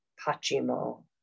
Pachimo